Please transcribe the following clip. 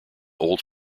old